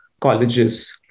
colleges